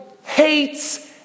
hates